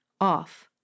off